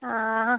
हां